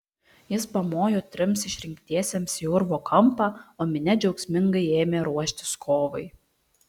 jis pamojo trims išrinktiesiems į urvo kampą o minia džiaugsmingai ėmė ruoštis kovai